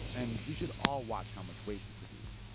and we should all watch how much waste we produce.